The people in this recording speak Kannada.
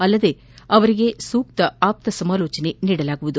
ಅಲ್ಲದೆ ಅವರಿಗೆ ಸೂಕ್ತ ಆಪ್ತ ಸಮಾಲೋಚನೆ ನೀಡಲಾಗುವುದು